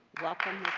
welcome.